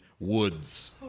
Woods